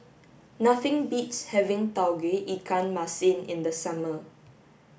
nothing beats having Tauge Ikan Masin in the summer